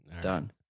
Done